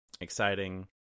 exciting